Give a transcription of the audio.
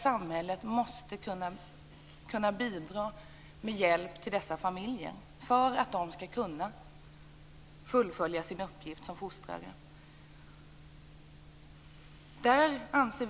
Samhället måste kunna bidra med hjälp till dessa familjer för att de skall kunna fullfölja sin uppgift som fostrare.